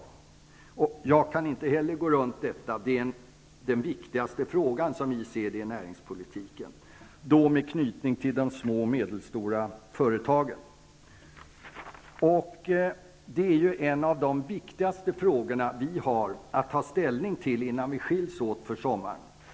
Jag kan inte heller gå runt detta. Det är, som vi ser det, den viktigaste frågan i näringspolitiken, med anknytning till de små och medelstora företagen. Det är en av de viktigaste frågorna vi har att ta ställning till innan vi skiljs åt för sommaren.